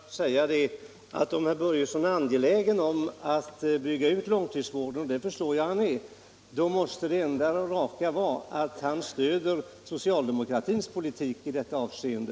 Herr talman! Jag vill bara säga till herr Börjesson att om han är angelägen om att bygga ut långtidsvården — och det förstår jag att han är — måste det enda raka vara att han stöder socialdemokratins politik i detta avseende.